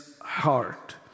heart